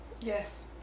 Yes